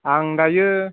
आं दायो